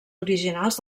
originals